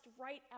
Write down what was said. right